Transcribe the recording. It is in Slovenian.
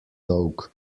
dolg